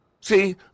See